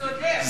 צודק.